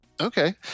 Okay